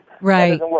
Right